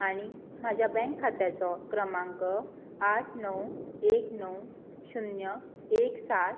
आनी म्हज्या बँक खात्याचो क्रमांक आठ णव एक णव शुन्य एक सात